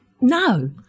No